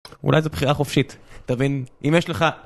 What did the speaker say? אולי זו בחירה חופשית. תבין, אם יש לך...